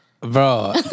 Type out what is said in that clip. Bro